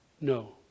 No